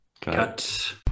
cut